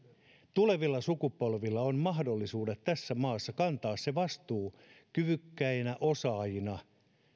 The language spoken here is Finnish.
tulevilla sukupolvilla on mahdollisuudet tässä maassa kantaa se vastuu kyvykkäinä osaajina